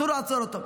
אסור לעצור אותו.